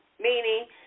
meaning